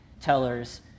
tellers